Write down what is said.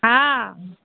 हँ